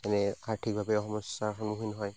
যেনে আৰ্থিকভাৱে সমস্যাৰ সন্মুখীন হয়